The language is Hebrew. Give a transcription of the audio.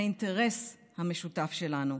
האינטרס המשותף שלנו.